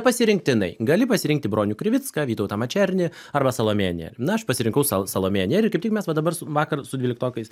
pasirinktinai gali pasirinkti bronių krivicką vytautą mačernį arba salomėją nėrį na aš pasirinkau sa salomėją nėrį kaip tik mes dabar vakar su dvyliktokais